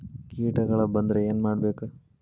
ಕೇಟಗಳ ಬಂದ್ರ ಏನ್ ಮಾಡ್ಬೇಕ್?